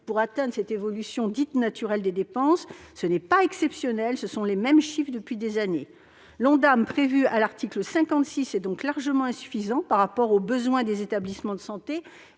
pour atteindre cette évolution dite « naturelle » des dépenses. Ce n'est pas exceptionnel : on déplore les mêmes chiffres depuis des années. L'Ondam prévu à l'article 56 est donc largement insuffisant par rapport aux besoins des établissements de santé